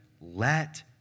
let